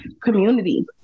community